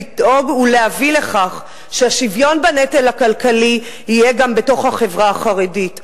לדאוג ולהביא לכך שהשוויון בנטל הכלכלי יהיה גם בתוך החברה החרדית.